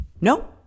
no